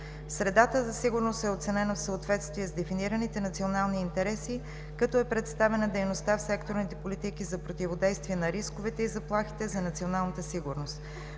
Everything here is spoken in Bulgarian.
Средата за сигурност е оценена в съответствие с дефинираните национални интереси, като е представена дейността в секторните политики за противодействие на рисковете и заплахите за националната сигурност.